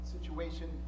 situation